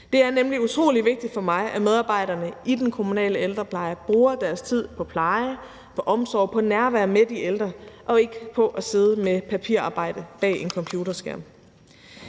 Det er nemlig utrolig vigtigt for mig, at medarbejderne i den kommunale ældrepleje bruger deres tid på pleje og omsorg og nærvær med de ældre og ikke på at sidde med papirarbejde bag en computerskærm.